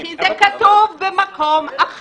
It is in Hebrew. ואנחנו צריכים עצמאות בתחבורה.